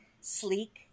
sleek